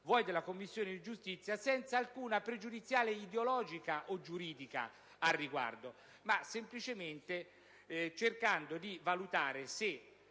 anche della Commissione giustizia, senza alcuna pregiudiziale ideologica o giuridica al riguardo, ma semplicemente cercando di valutare se